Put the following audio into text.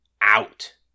out